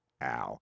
Al